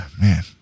man